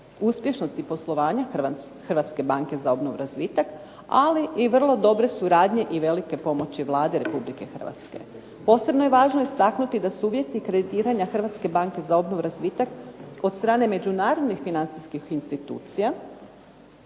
uspješnosti poslovanja Hrvatske banke za obnovu i razvitak, ali i vrlo dobre suradnje i velike pomoći Vlade Republike Hrvatske. Posebno je važno istaknuti da su uvjeti kreditiranja Hrvatske banke za obnovu i razvitak od strane međunarodnih financijskih institucija,